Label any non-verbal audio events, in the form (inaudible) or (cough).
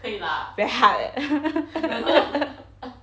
可以 lah very hard (laughs)